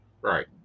Right